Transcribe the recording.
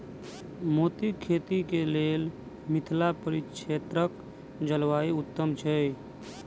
मोतीक खेती केँ लेल मिथिला परिक्षेत्रक जलवायु उत्तम छै?